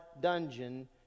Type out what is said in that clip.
dungeon